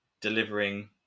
delivering